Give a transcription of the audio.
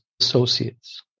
associates